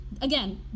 again